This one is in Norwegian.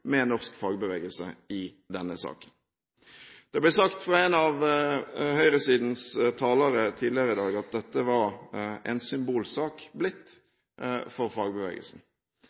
med norsk fagbevegelse i denne saken. Det ble sagt av en av høyresidens talere tidligere i dag at dette var blitt en symbolsak for fagbevegelsen.